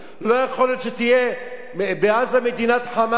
לא יכול להיות שתהיה בעזה מדינת "חמאס",